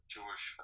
Jewish